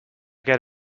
get